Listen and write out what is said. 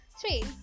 three